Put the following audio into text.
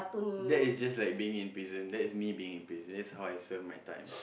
that is just like being in prison that's me being in prison that's how I serve my time